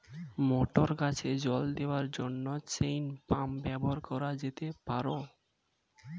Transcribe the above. মটর গাছে জল দেওয়ার জন্য চেইন পাম্প ব্যবহার করা যেতে পার?